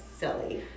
silly